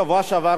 בשבוע שעבר,